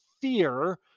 fear